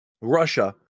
Russia